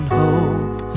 hope